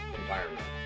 environment